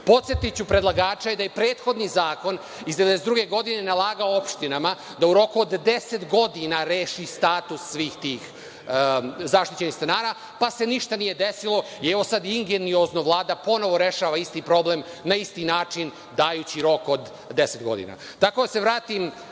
Podsetiću predlagače da je prethodni zakon iz 1992. godine nalagao opštinama da u roku od deset godina reši status svih tih zaštićenih stanara, pa se ništa nije desilo. Evo sad ingenziono Vlada ponovo rešava isti problem na isti način dajući rok od deset